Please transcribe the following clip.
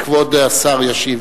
כבוד השר ישיב.